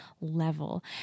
level